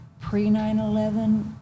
pre-9-11